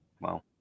Wow